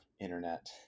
internet